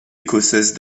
écossaise